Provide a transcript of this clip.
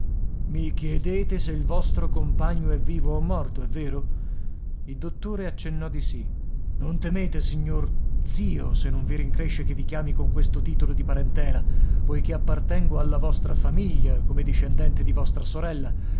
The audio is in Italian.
i chiedete se il vostro compagno è vivo o morto è vero il dottore accennò di sì non temete signor zio se non vi rincresce che vi chiami con questo titolo di parentela poiché appartengo alla vostra famiglia come discendente di vostra sorella